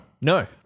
no